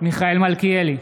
מיכאל מלכיאלי,